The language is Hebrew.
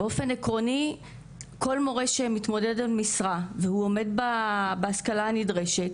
באופן עקרוני כל מורה שמתמודד על משרה והוא עומד בהשכלה הנדרשת